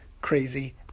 crazy